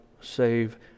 save